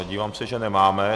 Dívám se, že nemáme.